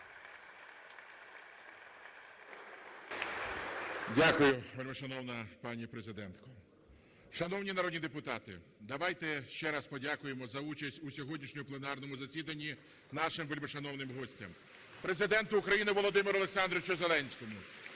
Дякую, вельмишановна пані президентка. Шановні народні депутати, давайте ще раз подякуємо за участь у сьогоднішньому планерному засіданні нашим вельмишановним гостям. (Оплески) Президенту України Володимиру Олександровичу Зеленському,